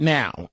now